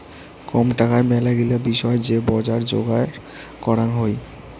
কম টাকায় মেলাগিলা বিষয় যে বজার যোগার করাং হই